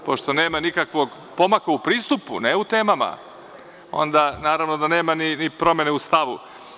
Pošto nema nikakvog pomaka u pristupu, ne u temama, onda naravno da nema ni promene u stavu.